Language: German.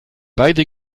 beide